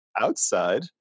outside